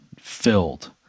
filled